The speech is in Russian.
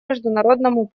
международному